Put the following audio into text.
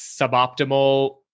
suboptimal